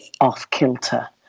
off-kilter